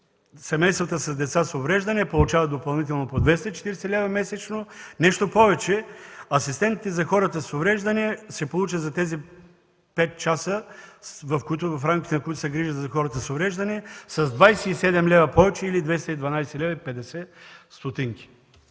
Семействата с деца с увреждания получават допълнително по 240 лв. месечно. Нещо повече, асистентите за хората с увреждания ще получат за тези 5 часа, в рамките на които се грижат за хората с увреждания, с 27 лв. повече или 212,50 лв.